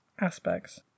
aspects